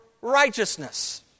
righteousness